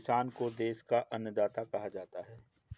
किसान को देश का अन्नदाता कहा जाता है